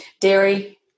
dairy